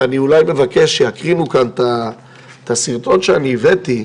ואני אולי מבקש שיקרינו כאן את הסרטון שהבאתי,